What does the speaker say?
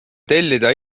tellida